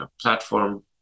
platform